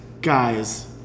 Guys